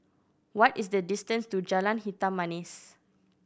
what is the distance to Jalan Hitam Manis